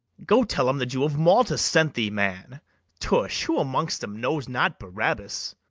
go tell em the jew of malta sent thee, man tush, who amongst em knows not barabas?